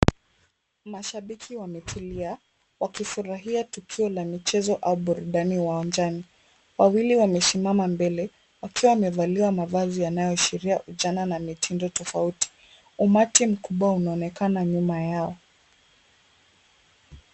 Mashabiki wametulia, wakifurahia tukio la michezo au burudani uwanjani. Wawili wamesimama mbele wakiwa wamevalia mavazi yanayoashiria ujana na mitindo tofauti. Umati mkubwa unaonekana nyuma yao.